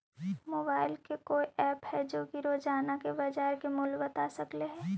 Mobile के कोइ app है जो कि रोजाना के बाजार मुलय बता सकले हे?